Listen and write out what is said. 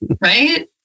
right